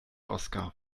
oskar